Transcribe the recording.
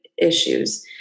issues